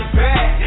back